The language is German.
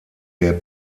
der